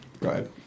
right